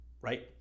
right